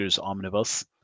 Omnibus